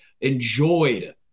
enjoyed